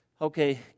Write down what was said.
Okay